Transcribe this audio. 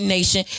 Nation